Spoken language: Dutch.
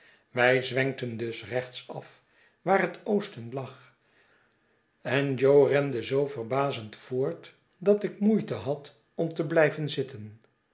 wij zwenkten dus rechtstaf waar het oosten lag en jo rende zoo verbazend voort dat ik moeite had om te blijven zitten